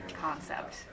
concept